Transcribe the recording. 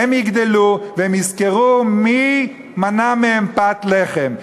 והם יגדלו ויזכרו מי מנע מהם פת לחם.